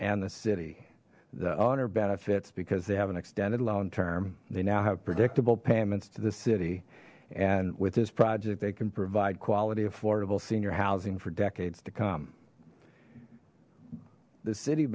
and the city the owner benefits because they have an extended loan term they now have predictable payments to the city and with this project they can provide quality affordable senior housing for decades to come the city